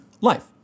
Life